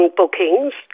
bookings